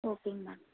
ஓகேங்க மேம்